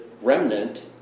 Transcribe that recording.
remnant